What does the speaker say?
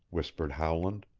whispered howland,